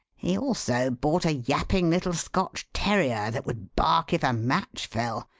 he also bought a yapping little scotch terrier that would bark if a match fell,